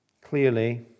clearly